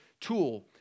tool